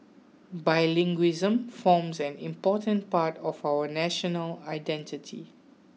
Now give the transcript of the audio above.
bilingualism forms an important part of our national identity